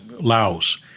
Laos